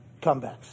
Comebacks